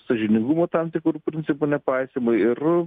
sąžiningumo tam tikrų principų nepaisymai ir